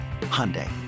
Hyundai